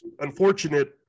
unfortunate